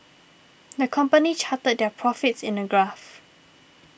the company charted their profits in a graph